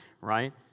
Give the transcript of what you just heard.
right